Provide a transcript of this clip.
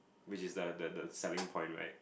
which is the the the selling point right